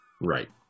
Right